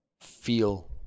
feel